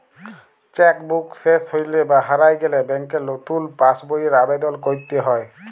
cheque book শেস হৈলে বা হারায় গেলে ব্যাংকে লতুন পাস বইয়ের আবেদল কইরতে হ্যয়